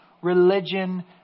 religion